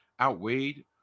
outweighed